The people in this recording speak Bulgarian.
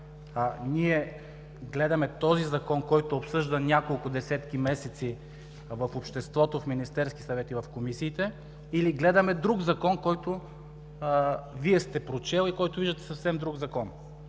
ние гледаме този Закон, който е обсъждан няколко десетки месеци в обществото, в Министерския съвет и в комисиите, или гледаме друг закон, който Вие сте прочел, и виждате съвсем друг закон.